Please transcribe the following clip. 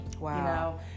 Wow